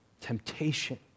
Temptation